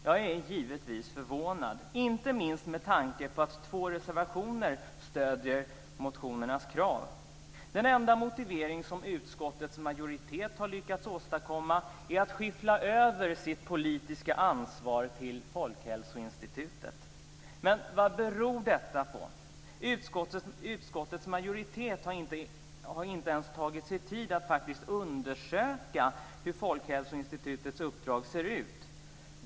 Jag är givetvis förvånad, inte minst med tanke på att två reservationer stöder motionernas krav. Den enda motivering som utskottets majoritet har lyckats åstadkomma är att man skyfflar över sitt politiska ansvar på Folkhälsoinstitutet. Vad beror detta på? Utskottets majoritet har faktiskt inte ens tagit sig tid att undersöka hur Folkhälsoinstitutets uppdrag ser ut.